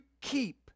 keep